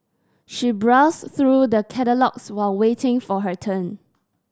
she browsed through the catalogues while waiting for her turn